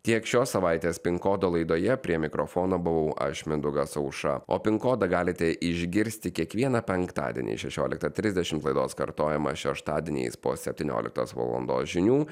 tiek šios savaitės pin kodo laidoje prie mikrofono buvau aš mindaugas aušra o pin kodą galite išgirsti kiekvieną penktadienį šešioliktą trisdešimt laidos kartojimą šeštadieniais po septynioliktos valandos žinių